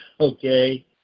Okay